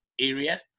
area